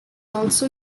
also